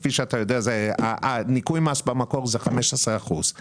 כפי שאתה יודע, ניכוי מס במקור הוא 15 אחוזים